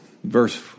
Verse